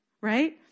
right